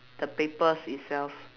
the papers itself